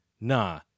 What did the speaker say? nah